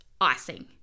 icing